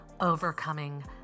overcoming